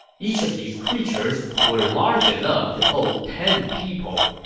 each of these creatures were large enough to hold ten people.